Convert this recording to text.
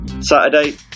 Saturday